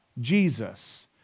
Jesus